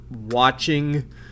watching